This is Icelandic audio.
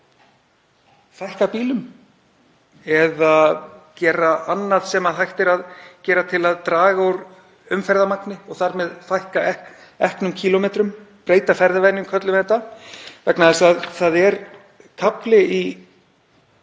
t.d. fækka bílum eða gera annað sem hægt er að gera til að draga úr umferðarmagni og þar með fækka eknum kílómetrum. Að breyta ferðavenjum köllum við þetta. Það er kafli í